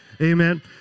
Amen